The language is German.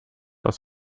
aus